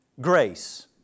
grace